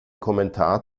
kommentar